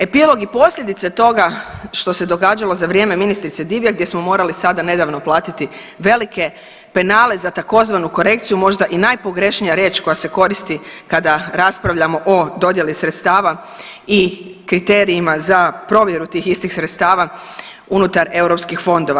Epilog i posljedice toga što se događalo za vrijeme ministrice Divjak gdje smo morali sada nedavno platiti velike penale za tzv. korekciju možda i najpogrešnija riječ koja se koristi kada raspravljamo o dodjeli sredstava i kriterijima za provjeru tih istih sredstava unutar EU fondova.